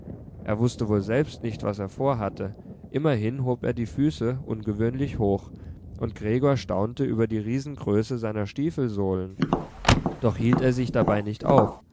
er wußte wohl selbst nicht was er vorhatte immerhin hob er die füße ungewöhnlich hoch und gregor staunte über die riesengröße seiner stiefelsohlen doch hielt er sich dabei nicht auf